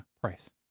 price